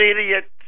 Idiot